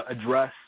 address